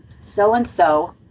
so-and-so